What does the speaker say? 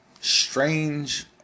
strange